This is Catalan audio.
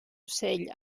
ocell